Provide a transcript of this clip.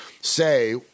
say